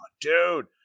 dude